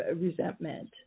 resentment